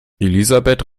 elisabeth